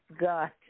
got